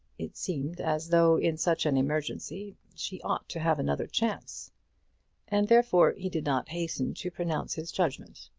it seemed as though in such an emergency she ought to have another chance and therefore he did not hasten to pronounce his judgment.